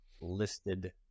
listed